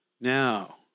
Now